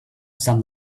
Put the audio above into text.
some